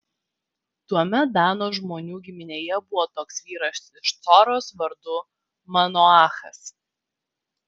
tuomet dano žmonių giminėje buvo toks vyras iš coros vardu manoachas